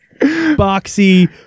boxy